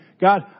God